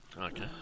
Okay